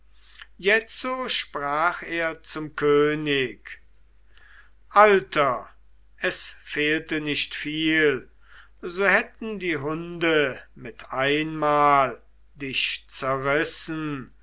jetzo sprach er zum könig alter es fehlte nicht viel so hätten die hunde mit einmal dich zerrissen